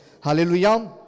Hallelujah